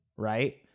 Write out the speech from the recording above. right